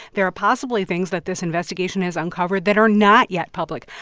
there are possibly things that this investigation has uncovered that are not yet public.